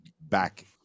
back